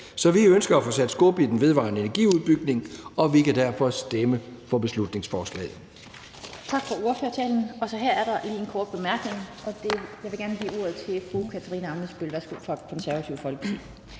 Så vi ønsker at få sat skub i den vedvarende energi-udbygning, og vi kan derfor stemme for beslutningsforslaget.